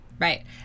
Right